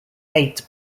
eight